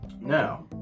now